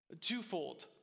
twofold